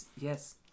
yes